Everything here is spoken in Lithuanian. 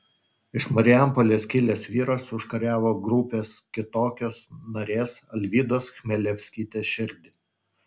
iš marijampolės kilęs vyras užkariavo grupės kitokios narės alvydos chmelevskytės širdį